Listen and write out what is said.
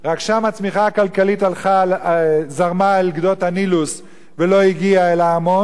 רק שם הצמיחה הכלכלית זרמה אל גדות הנילוס ולא הגיעה אל ההמון,